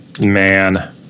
Man